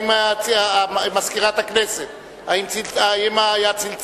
מזכירת הכנסת, האם היה צלצול?